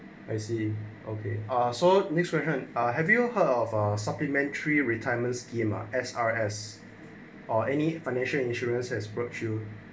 I see okay ah so next question ah have you heard of or supplementary retirement scheme ah S_R_S or any financial insurers as virtue